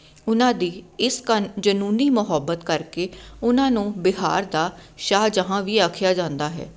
ਉਹਨਾਂ ਦੀ ਇਸ ਕਾ ਜਨੂੰਨੀ ਮੁਹੱਬਤ ਕਰਕੇ ਉਹਨਾਂ ਨੂੰ ਬਿਹਾਰ ਦਾ ਸ਼ਾਹ ਜਹਾਂ ਵੀ ਆਖਿਆ ਜਾਂਦਾ ਹੈ